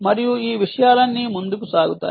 మరియు ఈ విషయాలన్నీ ముందుకు సాగుతాయి